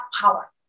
power